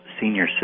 senior